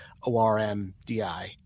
ORMDI